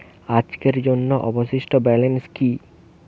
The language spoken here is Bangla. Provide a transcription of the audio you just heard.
আজকের জন্য অবশিষ্ট ব্যালেন্স কি?